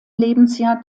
lebensjahr